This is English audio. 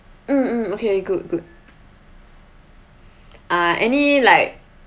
mm mm okay good good uh any like